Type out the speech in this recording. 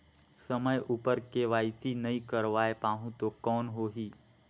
समय उपर के.वाई.सी नइ करवाय पाहुं तो कौन होही?